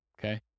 okay